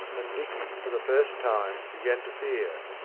and dicky for the first time began to fear.